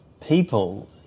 people